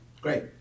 Great